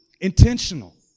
intentional